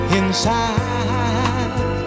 inside